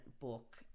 book